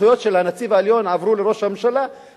הסמכויות של הנציב העליון עברו לראש הממשלה,